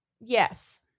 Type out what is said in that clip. Yes